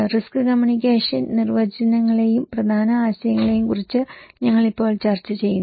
risk communication നിർവചനങ്ങളെയും പ്രധാന ആശയങ്ങളെയും കുറിച്ച് ഞങ്ങൾ ഇപ്പോൾ ചർച്ച ചെയ്യുന്നു